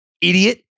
idiot